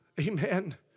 Amen